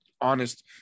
honest